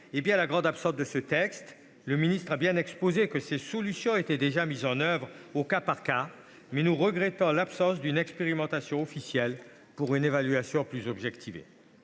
la grande absente de ce texte. Le garde des sceaux a indiqué que des solutions étaient déjà mises en oeuvre au cas par cas, mais nous regrettons l'absence d'expérimentation officielle permettant une évaluation plus objective.